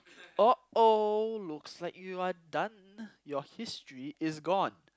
(uh-oh) looks like you are done your history is gone